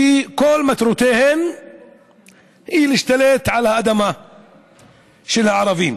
שכל מטרותיהן הן להשתלט על האדמה של הערבים.